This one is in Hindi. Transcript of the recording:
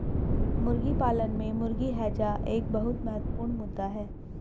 मुर्गी पालन में मुर्गी हैजा एक बहुत महत्वपूर्ण मुद्दा है